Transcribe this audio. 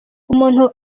umuntu